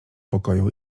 pokoju